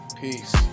Peace